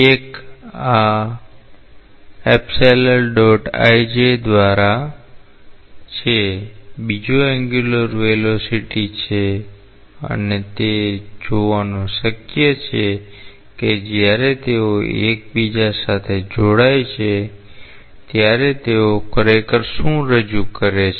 એક આ દ્વારા છે બીજો એન્ગ્યુલર વેલોસીટી છે અને તે જોવાનું શક્ય છે કે જ્યારે તેઓ એકબીજા સાથે જોડાય છે ત્યારે તેઓ ખરેખર શું રજૂ કરે છે